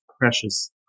precious